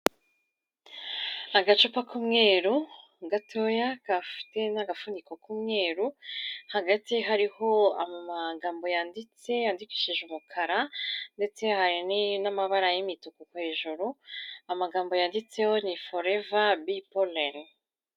Agacupa k'umweru gatoya gafite n'agafuniko k'umweru, hagati hariho amagambo yanditse, yandikishije umukara ndetsei n'amabara y'imituku hejuru, amagambo yanditseho ni foreve bee pollen.